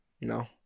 No